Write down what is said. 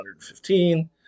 115